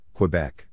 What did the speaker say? Quebec